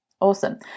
awesome